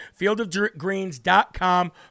fieldofgreens.com